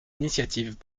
initiatives